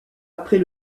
après